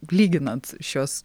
lyginant šios